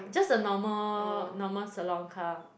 just a normal normal salon car